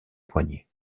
poignée